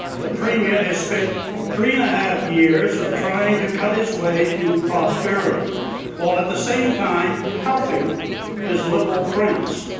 the premier has spent three and a half years of trying to cut his way to prosperity while, at the same time, helping his liberal friends.